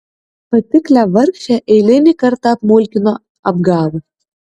patiklią vargšę eilinį kartą apmulkino apgavo